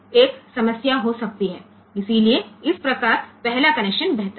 તો આમ પ્રથમ જોડાણ વધુ સારું છે